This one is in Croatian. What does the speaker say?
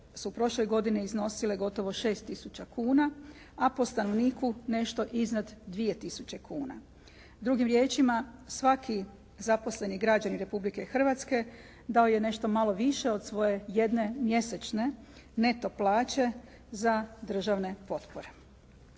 su prošle godine iznosile gotovo 6 tisuća kuna a po stanovniku nešto iznad 2000 tisuće kuna. Drugim riječima svaki zaposleni građanin Republike Hrvatske dao je nešto malo više od svoje jedne mjesečne neto plaće za državne potpore.